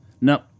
No